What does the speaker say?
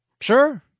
Sure